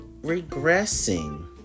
regressing